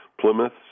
Plymouth